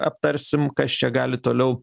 aptarsim kas čia gali toliau